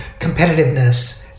competitiveness